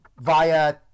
via